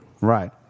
Right